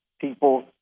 people